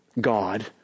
God